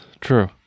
true